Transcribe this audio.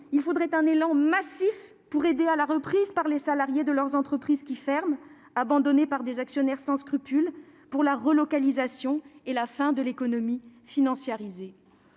il faudrait un élan pour aider à la reprise par les salariés de leurs entreprises qui ferment, abandonnées par des actionnaires sans scrupules, pour la relocalisation et la fin de l'économie financiarisée.